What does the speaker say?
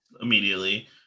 immediately